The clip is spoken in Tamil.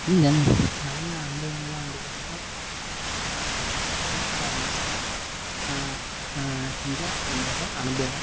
தென் நடந்த அனுபவங்கள் எல்லாம் வந்து பார்த்திங்கனா சூப்பராக இருந்திச்சுங்க இதான் என்னோட அனுபவம்